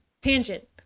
tangent